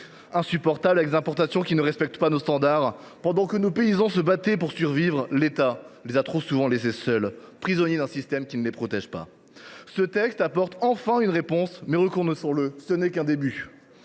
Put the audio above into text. insupportables avec des importations qui ne respectent pas nos standards. Pendant que nos paysans se battaient pour survivre, l’État les a trop souvent laissés seuls, prisonniers d’un système qui ne les protège pas. Ce texte apporte enfin une réponse, mais reconnaissons le : ce n’est qu’un début.